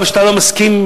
גם כשאתה לא מסכים,